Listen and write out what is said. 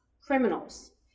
criminals